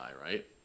right